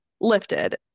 lifted